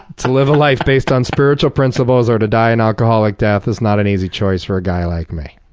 to live a life based on spiritual principles or to die an alcoholic death is not an easy choice for a guy like me.